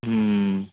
ହୁଁ